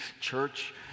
Church